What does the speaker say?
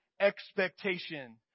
expectation